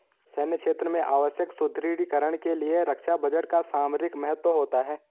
सैन्य क्षेत्र में आवश्यक सुदृढ़ीकरण के लिए रक्षा बजट का सामरिक महत्व होता है